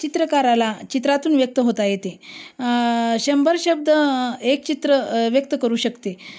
चित्रकाराला चित्रातून व्यक्त होता येते शंभर शब्द एक चित्र व्यक्त करू शकते